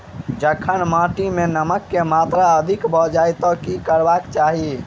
जखन माटि मे नमक कऽ मात्रा अधिक भऽ जाय तऽ की करबाक चाहि?